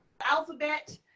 alphabet